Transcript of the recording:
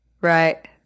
Right